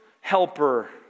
helper